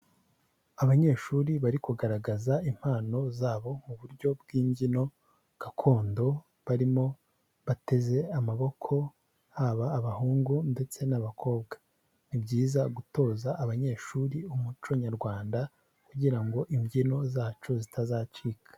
Abanyeshuri bari kugaragaza impano zabo mu buryo bw'imbyino gakondo, barimo, bateze amaboko haba abahungu ndetse n'abakobwa, ni byiza gutoza abanyeshuri umuco Nyarwanda, kugira ngo imbyino zacu zitazacika.